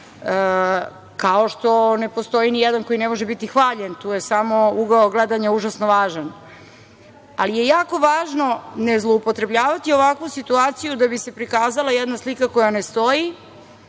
kao što ne postoji ni jedan koji ne može biti hvaljen. Tu je samo ugao gledanja užasno važan. Ali, jako je važno ne zloupotrebljavati ovakvu situaciju da bi se prikazala jedna slika koja ne stoji,